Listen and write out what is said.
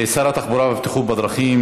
שר התחבורה והבטיחות בדרכים,